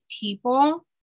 people